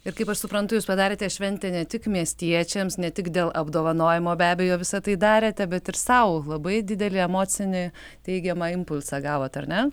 ir kaip aš suprantu jūs padarėte šventę ne tik miestiečiams ne tik dėl apdovanojimo be abejo visa tai darėte bet ir sau labai didelį emocinį teigiamą impulsą gavot ar ne